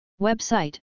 Website